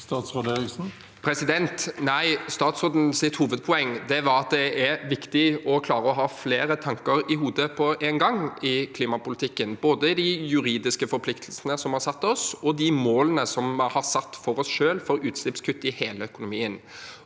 Bjelland Eriksen Nei, statsrådens hovedpoeng var at det er viktig å klare å ha flere tanker i hodet på en gang i klimapolitikken, både de juridiske forpliktelsene som vi har satt oss, og de målene vi har satt for oss selv for utslippskutt i hele økonomien.